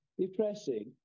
depressing